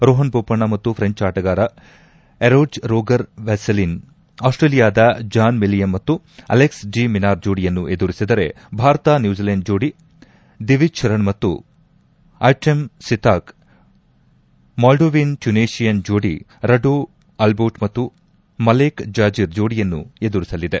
ರೋಪನ್ ಬೋಪಣ್ಣ ಮತ್ತು ಫ್ರೆಂಚ್ ಜತೆಗಾರ Edouard Roger Vasselin ಆಸ್ವೇಲಿಯಾದ ಜಾನ್ ಮಿಲ್ಲಿಮನ್ ಮತ್ತು ಅಲೆಕ್ಸ್ ಡಿ ಮಿನಾರ್ ಜೋಡಿಯನ್ನು ಎದುರಿಸಿದರೆ ಭಾರತ ನ್ಫೂಜಿಲೆಂಡ್ ಜೋಡಿ ದಿವಿಜ್ ಶರಣ್ ಮತ್ತು ಅರ್ಟೆಮ್ ಸಿತಾಕ್ ಮಾಲ್ಡೋವಿಯನ್ ರಟ್ಟುನೇಷಿಯನ್ ಜೋಡಿ ರಡೋ ಅಲ್ಬೋಟ್ ಮತ್ತು ಮಲೇಕ್ ಜಾಜಿರ್ ಜೋಡಿಯನ್ನು ಎದುರಿಸಲಿದೆ